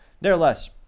Nevertheless